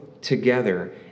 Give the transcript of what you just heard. together